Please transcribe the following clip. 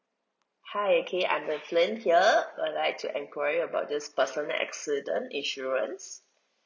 hi okay I'm evelyn here would like to enquire about this personal accident insurance